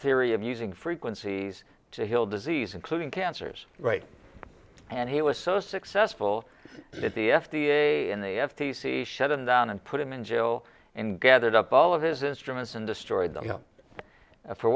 theory of using frequencies to heal disease including cancers right and he was so successful at the f d a and the f t c shut him down and put him in jail and gathered up all of his instruments and destroyed them for